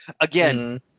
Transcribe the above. Again